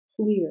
clear